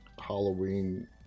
Halloween